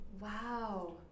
Wow